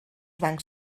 bancs